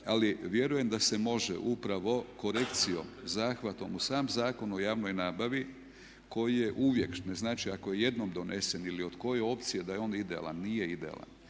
ali vjerujem da se može upravo korekcijom, zahvatom u sam Zakon o javnoj nabavi koji je uvijek, ne znači ako je jednom donesen ili od koje opcije da je on idealan. Nije idealan,